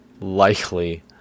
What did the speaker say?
likely